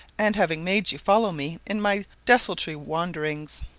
and having made you follow me in my desultory wanderings